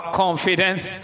confidence